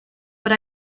but